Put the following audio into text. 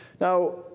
Now